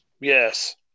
Yes